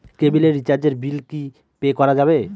কেবিলের রিচার্জের বিল কি পে করা যাবে?